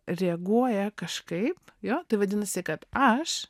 reaguoja kažkaip jo tai vadinasi kad aš